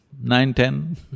nine-ten